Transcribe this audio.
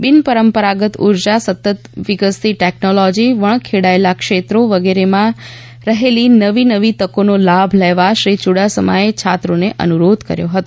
બિન પરંપરાગત ઉર્જા સતત વિકસતી ટેકનોલોજી વણખેડાયેલા ક્ષેત્રો વગેરેમાં રહેલી નવી નવી તકોનો લાભ લેવા શ્રી યુડાસમાએ છાત્રોને અનુરોધ કર્યો હતો